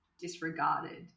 disregarded